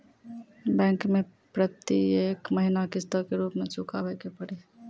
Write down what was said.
Bank मैं प्रेतियेक महीना किस्तो के रूप मे चुकाबै के पड़ी?